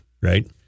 right